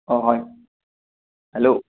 অঁ হয় হেল্ল'